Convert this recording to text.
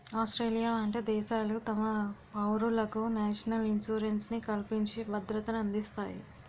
Australia వంట దేశాలు తమ పౌరులకు నేషనల్ ఇన్సూరెన్స్ ని కల్పించి భద్రతనందిస్తాయి